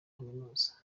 kaminuza